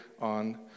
on